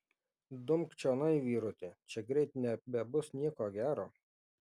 dumk čionai vyruti čia greit nebebus nieko gero